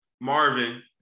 Marvin